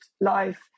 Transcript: life